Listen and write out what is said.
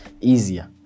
easier